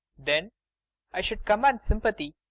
then i should command sympathy,